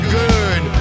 good